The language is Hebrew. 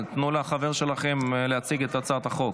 תנו לחבר שלכם להציג את הצעת החוק.